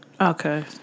Okay